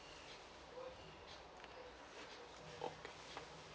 okay